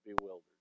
bewildered